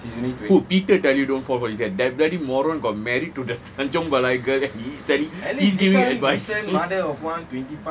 who peter tell you don't fall for this scam that bloody moron got married to the tanjung balai girl he's tell~ he's giving advice